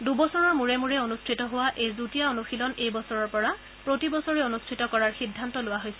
দুবছৰৰ মুৰে মুৰে অনুষ্ঠিত হোৱা এই যুটীয়া অনুশীলন এইবছৰৰ পৰা প্ৰতিবছৰে অনুষ্ঠিত কৰাৰ সিদ্ধান্ত লোৱা হৈছে